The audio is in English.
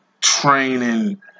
training